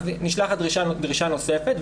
נשלחת דרישה נוספת",